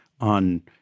on